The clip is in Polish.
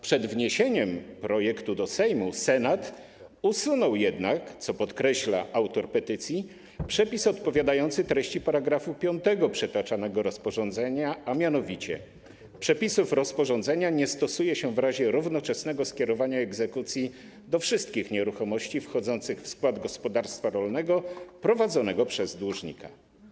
Przed wniesieniem projektu do Sejmu Senat usunął jednak - co podkreśla autor petycji - przepis odpowiadający treści § 5 przytaczanego rozporządzenia, mianowicie: „Przepisów rozporządzenia nie stosuje się w razie równoczesnego skierowania egzekucji do wszystkich nieruchomości wchodzących w skład gospodarstwa rolnego prowadzonego przez dłużnika”